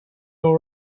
all